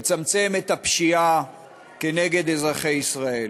תצמצם את הפשיעה כנגד אזרחי ישראל.